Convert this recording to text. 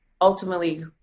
ultimately